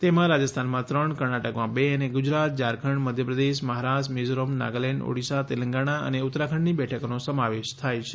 તેમાં રાજસ્થાનમાં ત્રણ કર્ણાટકમાં બે અને ગુજરાત ઝારખંડ મધ્યપ્રદેશ મહારાષ્ટ્ર મિઝોરમ નાગાલેન્ડ ઓડિશા તેલંગાણા અને ઉત્તરાખંડની બેઠકોનો સમાવેશ થાય છે